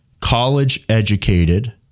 college-educated